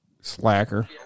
Slacker